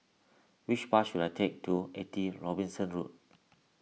which bus should I take to eighty Robinson Road